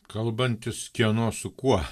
kalbantis kieno su kuo